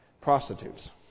prostitutes